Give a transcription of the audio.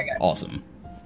Awesome